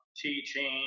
teaching